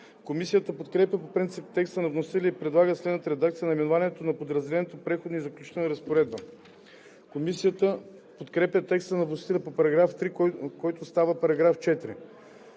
Комисията подкрепя по принцип текста на вносителя и предлага следната редакция на наименованието на подразделението: „Преходна и заключителна разпоредба“. Комисията подкрепя текста на вносителя за § 3, който става § 4.